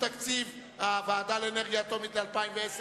תקציב הוועדה לאנרגיה אטומית לשנת 2010,